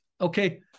Okay